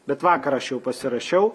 bet vakar aš jau pasirašiau